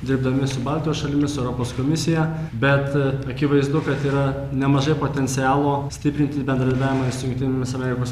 dirbdami su baltijos šalimis europos komisija bet akivaizdu kad yra nemažai potencialo stiprinti bendradarbiavimą su jungtinėmis amerikos